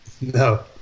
No